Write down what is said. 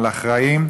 על אחראים,